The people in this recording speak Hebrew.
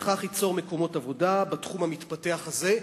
שבכך ייצור מקומות עבודה בתחום המתפתח הזה.